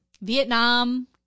Vietnam